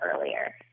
earlier